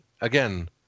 Again